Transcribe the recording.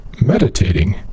meditating